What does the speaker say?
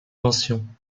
mentions